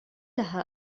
لها